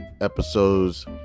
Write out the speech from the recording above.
episodes